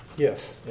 Yes